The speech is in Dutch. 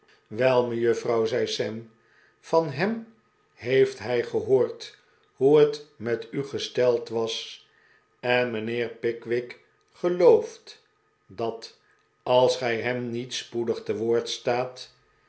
wel mejuffrouw zei sam van hem heeft hij gehoord hoe het met u gesteld was en mijnheer pickwick gelooft datj als gij hem niet spoedig te woord staat